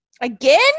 Again